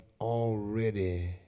already